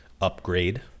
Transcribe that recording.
upgrade